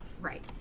right